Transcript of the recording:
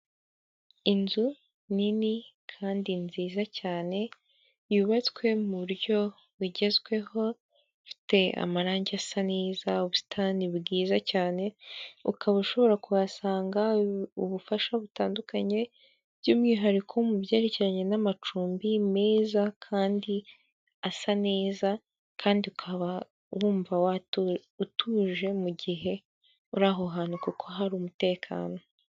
Inzu nini kandi nziza cyane yubatswe mu buryo bugezweho, ifite amarange asa neza, ubusitani bwiza cyane, ukaba ushobora kuhasanga ubufasha butandukanye by'umwihariko mu byerekeranye n'amacumbi meza kandi asa neza, kandi ukaba wumva utuje, mu gihe uri aho hantu kuko hari umutekano.